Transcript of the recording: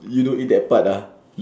you don't eat that part ah